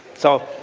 so,